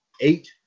Eight